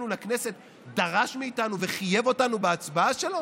לכנסת דרש מאיתנו וחייב אותנו בהצבעה שלו?